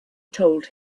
told